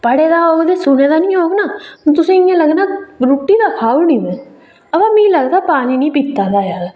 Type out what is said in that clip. पढे़ दा होग ते सुने दा निं होग ना तुसें ई इ'यां लग्गना रुट्टी ते खाई ओड़ी में अवा मी लगदा पानी नेईं पीता दा ऐ